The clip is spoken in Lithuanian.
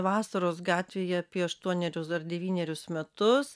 vasaros gatvėje apie aštuonerius dar devynerius metus